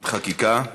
לחקיקה.